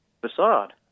facade